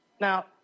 Now